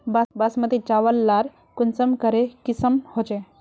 बासमती चावल लार कुंसम करे किसम होचए?